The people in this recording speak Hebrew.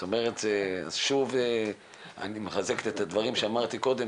אני מחזק את הדברים שאמרתי קודם.